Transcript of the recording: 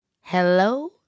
Hello